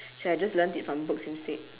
should have just learnt it from books instead